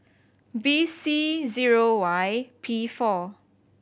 B C zero Y P four